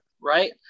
right